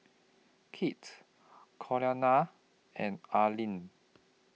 Kit Cordelia and Areli